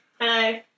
Hello